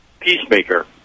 Peacemaker